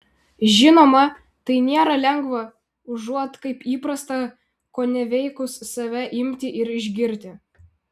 žinoma tai nėra lengva užuot kaip įprasta koneveikus save imti ir išgirti